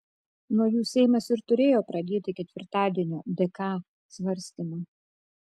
nuo jų seimas ir turėjo pradėti ketvirtadienio dk svarstymą